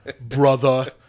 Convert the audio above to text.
brother